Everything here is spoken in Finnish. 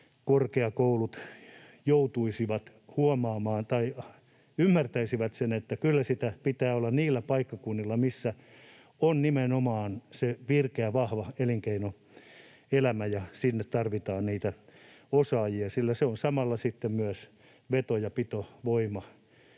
korkeakoulut joutuisivat huomaamaan tai ymmärtäisivät sen, että kyllä sitä pitää olla niillä paikkakunnilla, missä on nimenomaan se virkeä, vahva elinkeinoelämä, jonne tarvitaan osaajia, sillä se on samalla sitten myös veto- ja pitovoima,